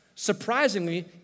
Surprisingly